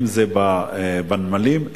אם בנמלים,